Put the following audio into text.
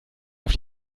auf